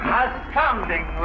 astounding